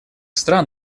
стран